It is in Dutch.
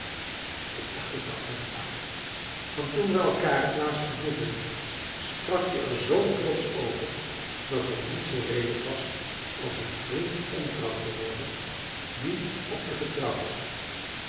ik dacht het wel zei bataki want toen we elkaar het laatst ontmoetten sprak je er zoo trotsch over dat er niets zoo leelijk was als een vriend ontrouw te worden die op je vertrouwt